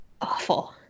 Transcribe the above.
awful